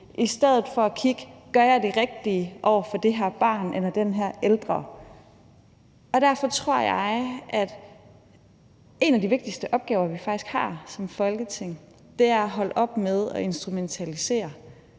i stedet for at kigge på, om man gør det rigtige over for det her barn eller over for den her ældre. Derfor tror jeg, at en af de vigtigste opgaver, vi som Folketing faktisk har, er at holde op med at instrumentalisere.